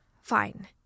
Fine